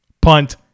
punt